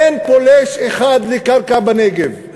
אין פולש אחד לקרקע בנגב.